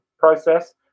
process